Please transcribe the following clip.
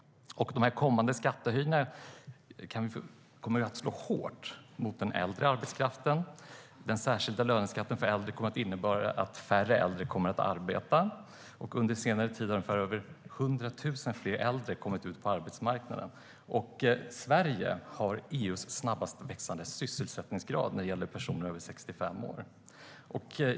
De kommande skattehöjningarna kommer att slå hårt mot den äldre arbetskraften. Den särskilda löneskatten för äldre kommer att innebära att färre äldre kommer att arbeta. Under senare tid har över 100 000 äldre kommit ut på arbetsmarknaden, och Sverige har EU:s snabbast växande sysselsättningsgrad bland personer över 65 år.